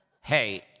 Hey